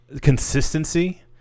Consistency